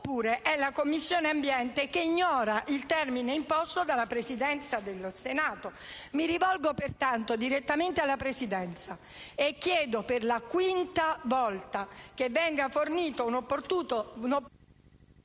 oppure è la Commissione ambiente che ignora il termine imposto dalla Presidenza del Senato. Pertanto, mi rivolgo direttamente alla Presidenza e chiedo, per la quinta volta, che venga fornito un opportuno